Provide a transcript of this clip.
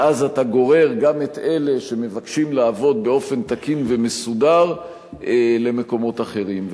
ואז אתה גורר גם את אלה שמבקשים לעבוד באופן תקין ומסודר למקומות אחרים.